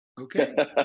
Okay